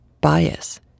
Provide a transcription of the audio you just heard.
bias